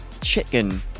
chicken